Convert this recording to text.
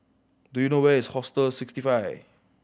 do you know where is Hostel Sixty Five